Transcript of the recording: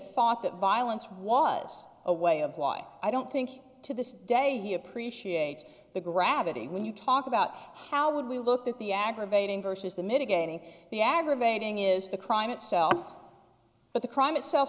thought that violence was a way of life i don't think to this day he appreciates the gravity when you talk about how would we look at the aggravating versus the mitigating the aggravating is the crime itself but the crime itself